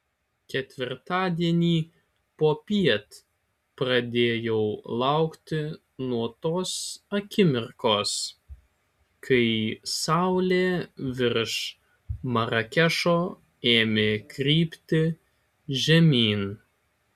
ketvirtadienį popiet pradėjau laukti nuo tos akimirkos kai saulė virš marakešo ėmė krypti žemyn